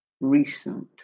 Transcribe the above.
recent